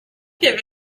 give